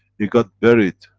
it got buried,